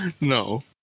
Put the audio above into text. no